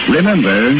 Remember